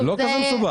לא כזה מסובך.